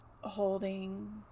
Holding